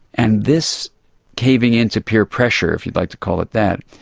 and this caving in to peer pressure, if you'd like to call it that,